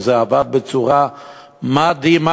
וזה עבד בצורה מדהימה,